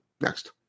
next